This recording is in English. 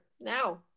now